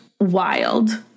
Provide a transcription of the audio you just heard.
wild